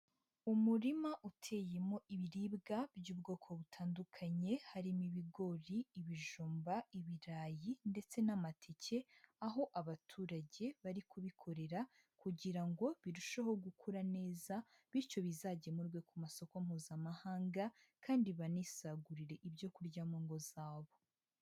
Umurima uteyemo ibiribwa by'ubwoko butandukanye harimo ibigori, ibijumba, ibirayi ndetse n'amatike, aho abaturage bari kubikorera kugira ngo birusheho gukura neza bityo bizagemurwe ku masoko Mpuzamahanga kandi banisagurire ibyo kurya mu ngo zabo.